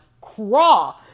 craw